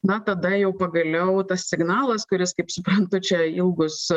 na tada jau pagaliau tas signalas kuris kaip suprantu čia ilgus